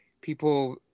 people